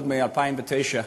עוד ב-2009,